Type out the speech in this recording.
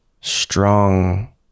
strong